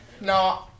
No